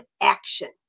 action